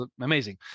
amazing